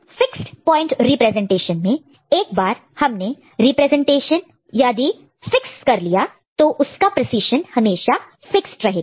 fixed point representation में एक बार हमने रिप्रेजेंटेशन यदि फिक्स कर लिया तो उसका प्रीसिज़न हमेशा फिक्स्ड रहेगा